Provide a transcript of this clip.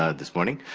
ah this morning.